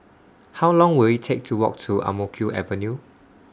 How Long Will IT Take to Walk to Ang Mo Kio Avenue